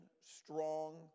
strong